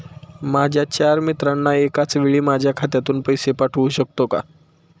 माझ्या चार मित्रांना एकाचवेळी माझ्या खात्यातून पैसे पाठवू शकतो का?